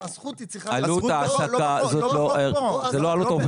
עלות העסקה היא לא עלות עובד.